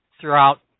throughout